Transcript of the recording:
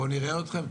בואו נראה אתכם,